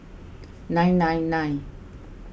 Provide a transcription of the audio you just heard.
nine nine nine